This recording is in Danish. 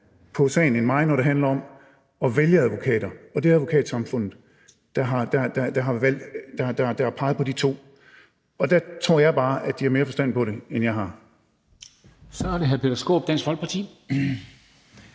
på sagen end mig, når det handler om at vælge advokater, og det er Advokatsamfundet, der har peget på de to. Og der tror jeg bare, at de har mere forstand på det, end jeg har. Kl. 14:20 Formanden (Henrik